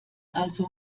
also